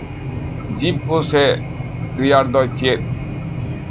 ᱡᱤᱵᱤᱠᱟ ᱥᱮ ᱠᱮᱨᱤᱭᱟᱨ ᱫᱚ ᱪᱮᱫ